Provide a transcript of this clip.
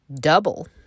double